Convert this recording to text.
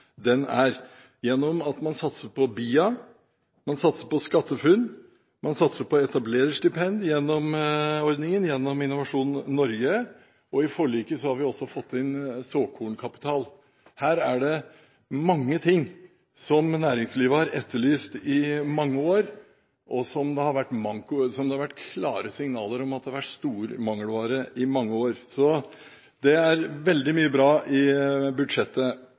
den er, gjennom at man satser på BIA, man satser på SkatteFUNN, man satser på etablererstipendordningen gjennom Innovasjon Norge, og i forliket har vi også fått inn såkornkapital. Her er det mange ting som næringslivet har etterlyst i mange år, og som det har vært klare signaler om at har vært stor mangelvare i mange år. Det er veldig mye bra i budsjettet.